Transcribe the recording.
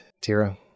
Tira